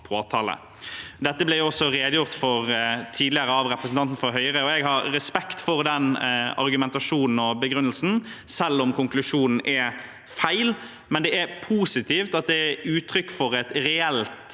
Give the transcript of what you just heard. Dette ble også redegjort for tidligere av representanten fra Høyre, og jeg har respekt for den argumentasjonen og begrunnelsen, selv om konklusjonen er feil. Det er positivt at det er uttrykk for et reelt